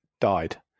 Died